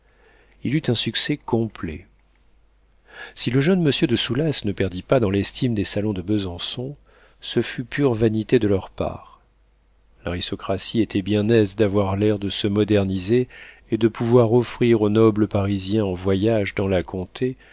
il eut un succès complet si le jeune monsieur de soulas ne perdit pas dans l'estime des salons de besançon ce fut pure vanité de leur part l'aristocratie était bien aise d'avoir l'air de se moderniser et de pouvoir offrir aux nobles parisiens en voyage dans la comté